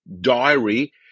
diary